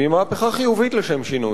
היא מהפכה חיובית, לשם שינוי.